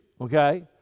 okay